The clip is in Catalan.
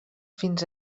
fins